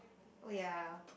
oh ya